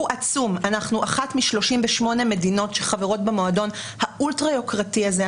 אנחנו אחת מ-38 מדינות שחברות במועדון האולטרה-יוקרתי הזה.